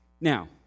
Now